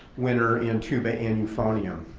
winner in tuba and euphonium.